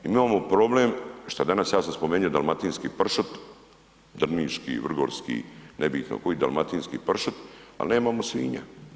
Imamo problem, šta danas ja sam spomenio dalmatinski pršut, drniški, vrgorski, nebitno koji, dalmatinski pršut, al nemamo svinja.